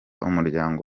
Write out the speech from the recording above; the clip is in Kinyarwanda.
umuryango